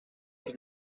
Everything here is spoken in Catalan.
als